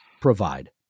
provide